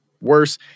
worse—